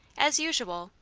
as usual,